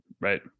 Right